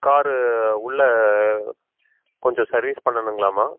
car உள்ளே கொஞ்சம் service பண்ணணுங்களாமா